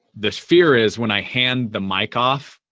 this fear is when i hand the mic off,